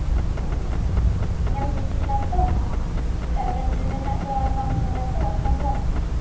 ᱧᱮᱞ ᱠᱩᱥᱤᱭᱮᱱᱟᱢ ᱛᱚ ᱮᱴᱟᱜ ᱵᱨᱮᱱᱰ ᱨᱮᱱᱟᱜ ᱵᱟᱢ ᱧᱮᱞ ᱟᱛᱚ ᱮᱠᱷᱚᱱ ᱫᱚ